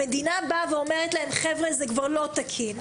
המדינה אומרת להם שזה לא תקין,